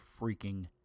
freaking